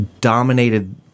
dominated